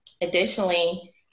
Additionally